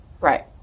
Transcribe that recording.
Right